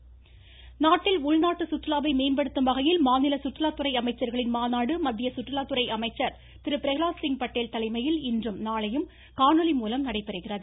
பிரகலாத் சிங் படேல் நாட்டில் உள்நாட்டு சுற்றுலாவை மேம்படுத்தும் வகையில் மாநில சுற்றுலாத்துறை அமைச்சர்களின் மாநாடு மத்திய சுற்றுலாத்துறை அமைச்சர் திரு பிரகலாத் சிங் படேல் தலைமையில் இன்றும் நாளையும் காணொலி மூலம் நடைபெறுகிறது